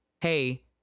hey